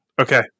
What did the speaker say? Okay